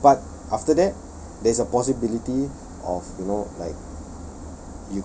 you see but after that there's a possibility of you know like